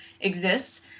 exists